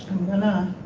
i'm gonna